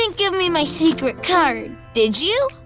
and give me my secret card, did you?